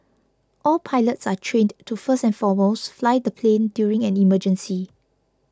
all pilots are trained to first and foremost fly the plane during an emergency